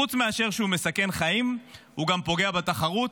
חוץ מאשר שהוא מסכן חיים, הוא גם פוגע בתחרות,